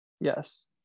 Yes